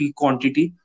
quantity